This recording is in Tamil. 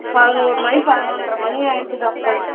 பதினோரு மணி பதினொன்றரை மணி ஆயிடுது டாக்டர்